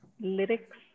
lyrics